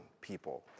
people